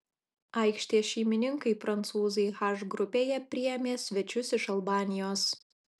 aikštės šeimininkai prancūzai h grupėje priėmė svečius iš albanijos